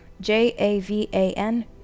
J-A-V-A-N